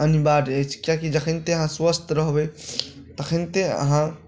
अनिवार्य अछि कियाक तऽ जखनिते अहाँ स्वस्थ रहबै तखनिते अहाँ